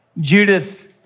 Judas